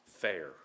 fair